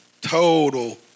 total